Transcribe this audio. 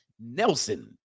Nelson